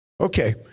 Okay